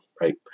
right